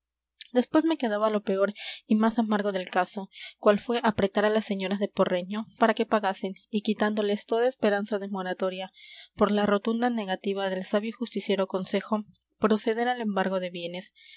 después me quedaba lo peor y más amargo del caso cual fue apretar a las señoras de porreño para que pagasen y quitándoles toda esperanza de moratoria por la rotunda negativa del sabio y justiciero consejo proceder al embargo de bienes